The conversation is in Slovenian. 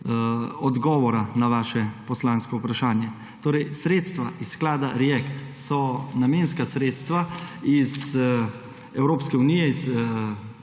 odgovora na vaše poslansko vprašanje. Sredstva iz sklada REACT so namenska sredstva iz Evropske unije, iz